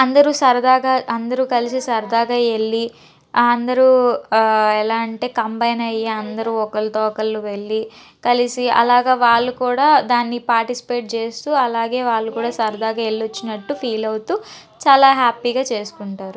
అందరూ సరదాగా అందరూ కలిసి సరదాగా యెల్లి అందరూ ఎలా అంటే కంబైన్ అయ్యి అందరూ ఒకల్తో ఒకళ్ళు వెళ్ళి కలిసి అలాగా వాళ్ళు కూడా దాన్ని పాటిస్పేట్ చేస్తూ అలాగే వాళ్ళు కూడా సరదాగా వెళ్ళొచ్చినట్టు ఫీల్ అవుతూ చాలా హ్యాపీగా చేసుకుంటారు